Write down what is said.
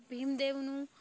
ભીમદેવનું